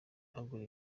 agura